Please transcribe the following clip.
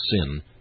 sin